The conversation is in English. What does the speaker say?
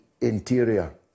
Interior